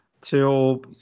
till